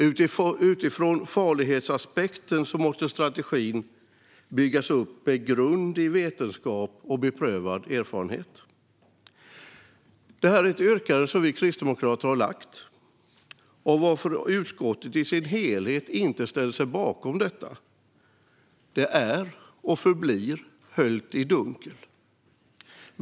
Utifrån farlighetsaspekten måste strategin byggas upp med grund i vetenskap och beprövad erfarenhet. Det här är ett yrkande som vi kristdemokrater har lagt fram. Varför utskottet i sin helhet inte ställer sig bakom detta är och förblir höljt i dunkel.